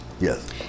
Yes